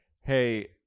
Hey